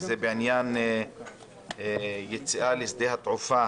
הוא עוסק בעניין יציאה לשדה התעופה